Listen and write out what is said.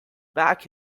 back